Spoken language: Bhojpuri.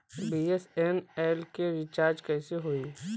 बी.एस.एन.एल के रिचार्ज कैसे होयी?